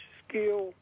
skill